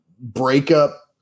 breakup